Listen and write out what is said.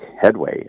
headway